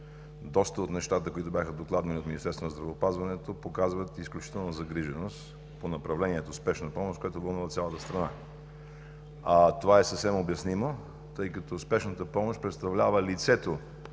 доста от нещата, които бяха докладвани от Министерството на здравеопазването, показват изключителна загриженост по направлението „Спешна помощ“, което вълнува цялата страна. Това е съвсем обяснимо, тъй като спешната помощ представлява лицето